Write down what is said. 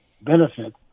benefit